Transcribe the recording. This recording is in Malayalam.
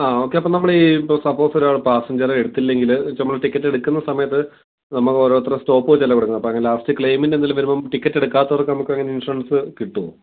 ആ ഓക്കെ അപ്പം നമ്മൾ ഇപ്പോൾ സപ്പോസ് ഒരാൾ പാസഞ്ചർ എടുത്തില്ലെങ്കിൽ ഇപ്പോൾ നമ്മൾ ടിക്കറ്റ് എടുക്കുന്ന സമയത്ത് നമുക്ക് ഓരോരുത്തരുടെ സ്റ്റോപ്പ് വെച്ചല്ലേ കൊടുക്കുന്നത് അപ്പോൾ അങ്ങനെ ലാസ്റ്റ് ക്ലെയിമിൻ്റെ എന്തെങ്കിലും വരുമ്പം ടിക്കറ്റ് എടുക്കാത്തവർക്ക് നമുക്ക് അങ്ങനെ ഇൻഷുറൻസ് കിട്ടുമോ